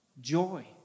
Joy